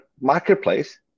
marketplace